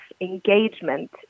engagement